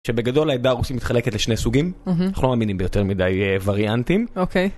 שבגדול העדה הרוסית מתחלקת לשני סוגים, אנחנו לא מאמינים ביותר מדי וריאנטים. אוקיי.